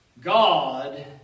God